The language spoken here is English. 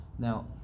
Now